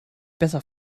besser